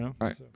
Right